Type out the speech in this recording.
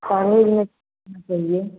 college में चाहिए